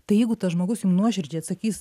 tai jeigu tas žmogus jum nuoširdžiai atsakys